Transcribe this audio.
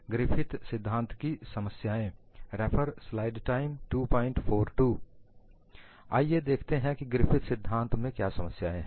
Griffith सिद्धांत की समस्याएं आइए देखते हैं कि ग्रिफिथ सिद्धांत में क्या समस्याएं हैं